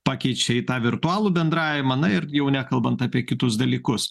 pakeičia į tą virtualų bendravimą na ir jau nekalbant apie kitus dalykus